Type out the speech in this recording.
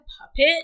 puppet